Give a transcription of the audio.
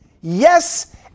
Yes